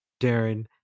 Darren